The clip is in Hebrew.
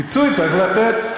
פיצוי צריך לתת.